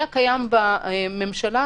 שמתקיימים פה בכנסת,